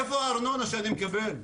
מאיפה הארנונה שאני מקבל,